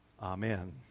Amen